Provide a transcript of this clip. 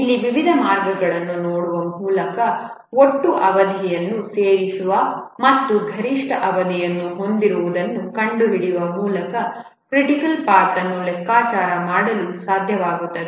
ಇಲ್ಲಿ ವಿವಿಧ ಮಾರ್ಗಗಳನ್ನು ನೋಡುವ ಮೂಲಕ ಒಟ್ಟು ಅವಧಿಯನ್ನು ಸೇರಿಸಿ ಮತ್ತು ಗರಿಷ್ಠ ಅವಧಿಯನ್ನು ಹೊಂದಿರುವದನ್ನು ಕಂಡುಹಿಡಿಯುವ ಮೂಲಕ ಕ್ರಿಟಿಕಲ್ ಪಾಥ್ಅನ್ನು ಲೆಕ್ಕಾಚಾರ ಮಾಡಲು ಸಾಧ್ಯವಾಗುತ್ತದೆ